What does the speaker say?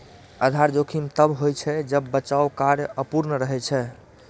आधार जोखिम तब होइ छै, जब बचाव कार्य अपूर्ण रहै छै